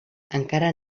encara